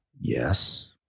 yes